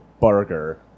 burger